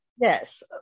Yes